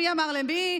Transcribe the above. מי אמר למי?